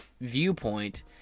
viewpoint